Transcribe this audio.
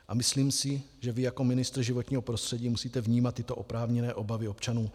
A myslím si, že vy jako ministr životního prostředí musíte vnímat tyto oprávněné obavy občanů.